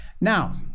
Now